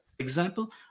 example